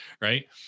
Right